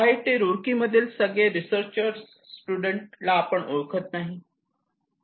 IIT Roorkee मधील सगळ्या researcher student ला आपण ओळखत नाहीत